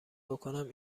بکنم